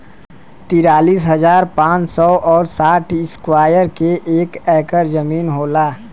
तिरालिस हजार पांच सौ और साठ इस्क्वायर के एक ऐकर जमीन होला